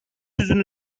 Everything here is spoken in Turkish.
yüzün